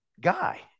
guy